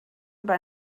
über